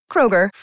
Kroger